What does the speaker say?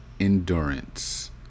endurance